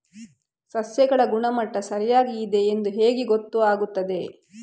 ಸಸ್ಯಗಳ ಗುಣಮಟ್ಟ ಸರಿಯಾಗಿ ಇದೆ ಎಂದು ಹೇಗೆ ಗೊತ್ತು ಆಗುತ್ತದೆ?